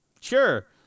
Sure